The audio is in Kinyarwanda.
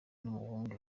n’umuhungu